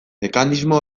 mekanismo